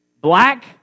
black